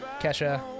Kesha